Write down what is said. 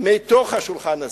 מתוך השולחן הזה,